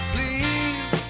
Please